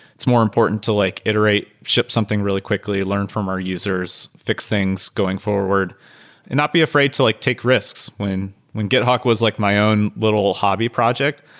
it's more important to like iterate, ship something really quickly, learn from our users, fix things going forward and not be afraid to like take risks. when when githawk was like my own little hobby project,